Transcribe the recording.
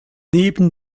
neben